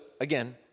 again